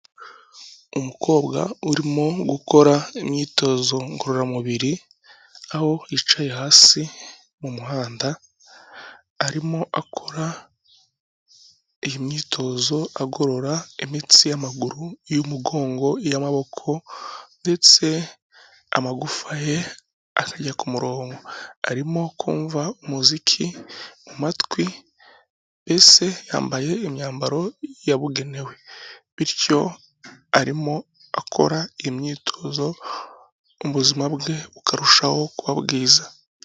Umukobwa urimo gukora imyitozo ngororamubiri, aho yicaye hasi mu muhanda, arimo akora imyitozo agorora imitsi y'amaguru, iy'umugongo, iy'amaboko ndetse amagufwa ye akajya ku murongo. Arimo kumva umuziki mu matwi, ese yambaye imyambaro yabugenewe. Bityo arimo akora imyitozo ubuzima bwe bukarushaho kuba bwiza.